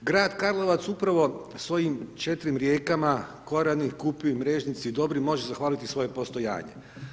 Grad Karlovac upravo svojim četiri rijekama Korani, Kupi, Mrežnici i Dobri može zahvaliti svoje postojanje.